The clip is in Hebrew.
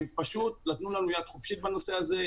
הם פשוט נתנו לנו יד חופשית בנושא הזה,